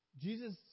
Jesus